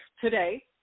today